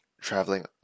traveling